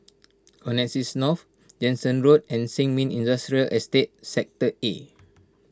Connexis North Jansen Road and Sin Ming Industrial Estate Sector A